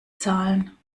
zahlen